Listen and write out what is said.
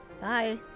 Bye